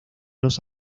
los